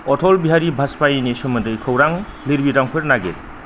अटल बिहारि बाजपाइयिनि सोमोन्दै खौरां लिरबिदांफोर नागिर